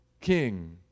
king